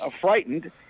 frightened